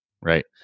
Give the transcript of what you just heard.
right